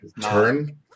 turn